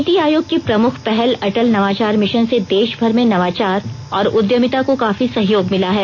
नीति आयोग की प्रमुख पहल अटल नवाचार मिशन से देशभर में नवाचार और उद्यमिता को काफी सहयोग मिला है